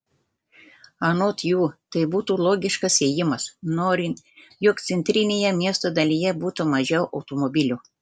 anot jų tai būtų logiškas ėjimas norint jog centrinėje miesto dalyje būtų mažiau automobilių